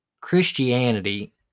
Christianity